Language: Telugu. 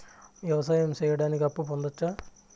వ్యవసాయం సేయడానికి అప్పు పొందొచ్చా?